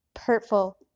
hurtful